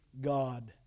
God